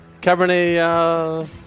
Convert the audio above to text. Cabernet